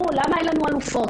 למה אין לנו כמעט אלופות?